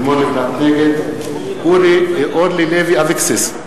נגד אורלי לוי אבקסיס,